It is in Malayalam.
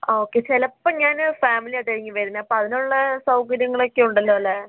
ഓക്കെ ചിലപ്പം ഞാന് ഫാമിലി ആയിട്ട് ആയിരിക്കും വരുന്നത് അപ്പോൾ അതിന് ഉള്ള സൗകര്യങ്ങൾ ഒക്കെ ഉണ്ടല്ലോ അല്ലേ